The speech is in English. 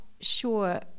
sure